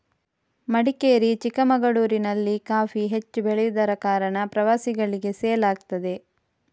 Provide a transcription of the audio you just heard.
ಮಡಿಕೇರಿ, ಚಿಕ್ಕಮಗಳೂರಿನಲ್ಲಿ ಕಾಫಿ ಹೆಚ್ಚು ಬೆಳೆಯುದರ ಕಾರಣ ಪ್ರವಾಸಿಗಳಿಗೆ ಸೇಲ್ ಆಗ್ತದೆ